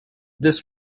this